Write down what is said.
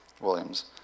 Williams